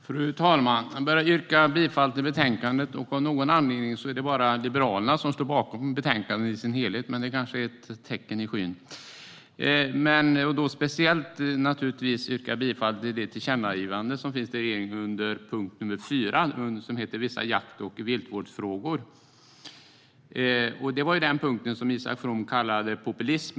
Fru talman! Jag börjar med att yrka bifall till utskottets förslag. Av någon anledning är det bara Liberalerna som står bakom förslaget i sin helhet, men det kanske är ett tecken i skyn. Jag yrkar naturligtvis speciellt bifall till det förslag om tillkännagivande till regeringen som finns under punkt nr 4, Vissa jakt och viltvårdsfrågor. Det var den punkten som Isak From kallade populism.